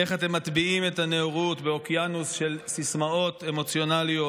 איך אתם מטביעים את הנאורות באוקיינוס של סיסמאות אמוציונליות?